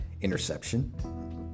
interception